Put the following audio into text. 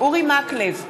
אורי מקלב,